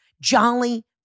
jolly